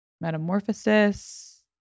Metamorphosis